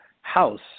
house